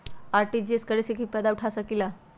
RTGS करे से की फायदा उठा सकीला?